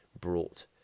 brought